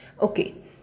Okay